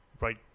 right